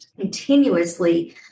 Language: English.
continuously